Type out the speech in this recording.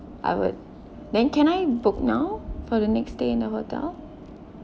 I would then can I book now for the next stay in the hotel